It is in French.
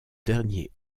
dernier